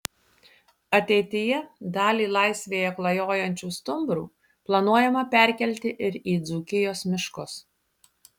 ateityje dalį laisvėje klajojančių stumbrų planuojama perkelti ir į dzūkijos miškus